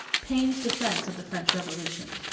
paine's defense of the french revolution.